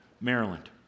Maryland